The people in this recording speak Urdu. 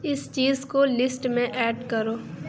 اس چیز کو لسٹ میں ایڈ کرو